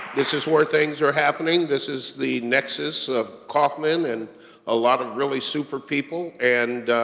this is where things are happening. this is the nexus of kauffman and a lot of really super people, and